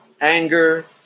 anger